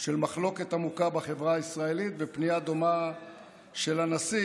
של מחלוקת עמוקה בחברה הישראלית ופנייה דומה של הנשיא,